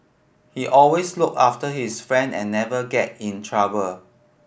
he always look after his friend and never get in trouble